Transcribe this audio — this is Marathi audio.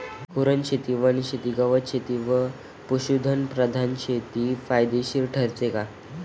कुरणशेती, वनशेती, गवतशेती किंवा पशुधन प्रधान शेती फायदेशीर ठरते का?